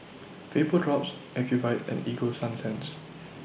Vapodrops Ocuvite and Ego Sunsense